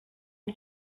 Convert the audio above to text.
que